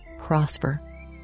prosper